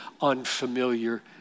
unfamiliar